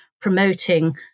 promoting